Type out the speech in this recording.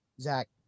Zach